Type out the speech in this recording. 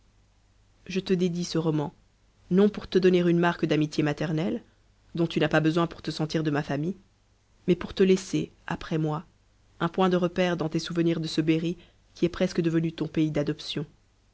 je te dédie ce roman non pour te donner une marque d'amitié maternelle dont tu n'as pas besoin pour te sentir de ma famille mais pour te laisser après moi un point de repère dans tes souvenirs de ce berry qui est presque devenu ton pays d'adoption